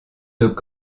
deux